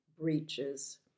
breaches